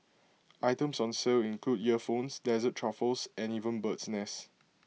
items on sale include earphones dessert truffles and even bird's nest